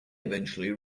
eventually